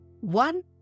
One